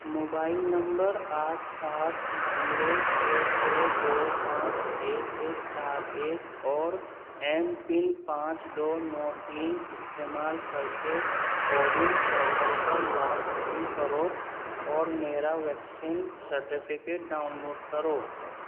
mobile number آٹھ سات zero چھ چھ دو پانچ ایک ایک چار ایک اور ایم پن پانچ دو نو تین استعمال کر کے کوون پورٹل پر لاگ ان کرو اور میرا ویکسین سرٹیفکیٹ ڈاؤن لوڈ کرو